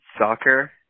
soccer